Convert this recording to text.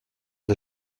der